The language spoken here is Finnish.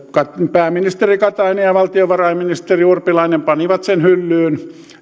pääministeri katainen ja valtiovarainministeri urpilainen panivat sen hyllyyn